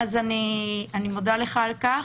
אני מודה לך על כך.